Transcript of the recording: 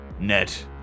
net